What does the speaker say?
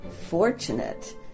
fortunate